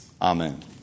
Amen